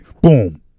boom